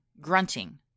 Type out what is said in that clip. grunting